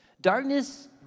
Darkness